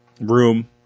room